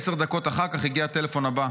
עשר דקות אחר כך הגיע הטלפון הבא.